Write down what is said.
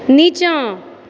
नीचाँ